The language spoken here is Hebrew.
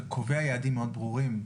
שקובע יעדים מאוד ברורים.